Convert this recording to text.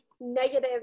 negative